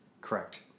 Correct